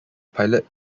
pilot